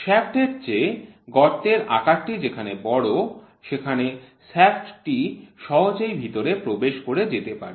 shaft এর চেয়ে গর্তের আকারটি যেখানে বড় সেখানে শ্য়াফ্ট টি সহজেই ভিতরে প্রবেশ করে যেতে পারে